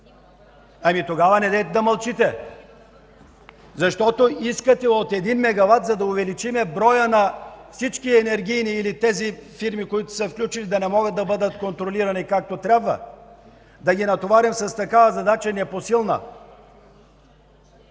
Ами тогава недейте да мълчите! Искате от 1 мегават, за да увеличим броя на всички енергийни или тези фирми, които са включени, да не могат да бъдат контролирани както трябва! Да ги натоварим с такава непосилна